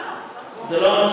לא, לא.